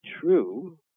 true